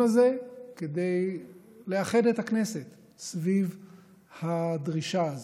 הזה כדי לאחד את הכנסת סביב הדרישה הזאת: